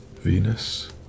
Venus